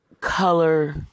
Color